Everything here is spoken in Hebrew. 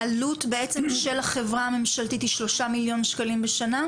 העלות בעצם של החברה הממשלתית היא שלושה מיליון שקלים בשנה?